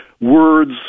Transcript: words